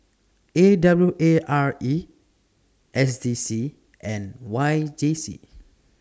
A W A R E S D C and Y J C